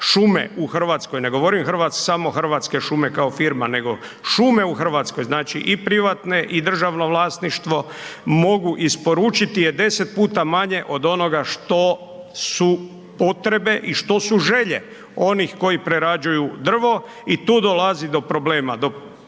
šume u Hrvatskoj, ne govorim samo Hrvatske šume kao firma nego šume u Hrvatskoj, znači i privatne i državno vlasništvo mogu isporučiti je 10 puta manje od onoga što su potrebe i što su želje onih koji prerađuju drvo i tu dolazi do problema, do problema